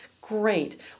Great